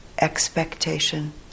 expectation